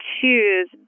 choose